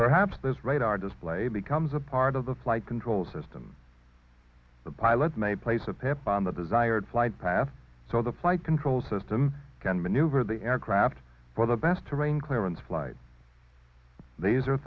perhaps those radar display becomes a part of the flight control system the pilots may place a pap on the desired flight path so the flight control system can maneuver the aircraft for the best terrain clearance flight these are